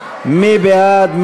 מי בעד?